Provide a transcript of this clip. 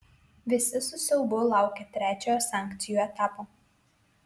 visi su siaubu laukia trečiojo sankcijų etapo